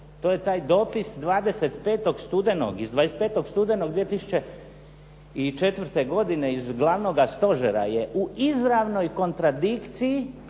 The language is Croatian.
to je taj dopis 25. studenog iz 25. studenog 2004. godine iz Glavnoga stožera je u izravnoj kontradikciji